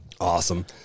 Awesome